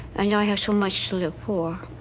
and i have so much to live for.